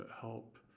help